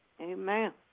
Amen